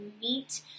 meet